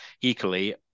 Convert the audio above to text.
equally